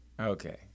Okay